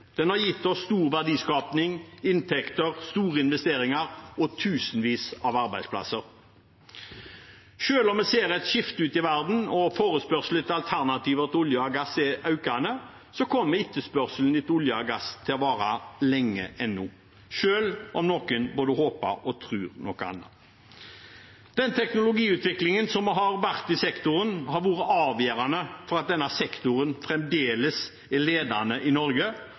Den har gitt oss stor verdiskaping, inntekter, store investeringer og tusenvis av arbeidsplasser. Selv om vi ser et skifte ute i verden og forespørselen etter alternativer til olje og gass er økende, kommer etterspørselen etter olje og gass til å vare lenge ennå – selv om noen både håper og tror noe annet. Den teknologiutviklingen som har vært i sektoren, har vært avgjørende for at denne sektoren fremdeles er ledende i Norge,